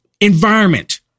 environment